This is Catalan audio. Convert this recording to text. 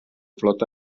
flota